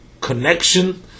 connection